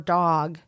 dog